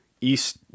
East